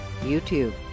YouTube